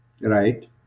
Right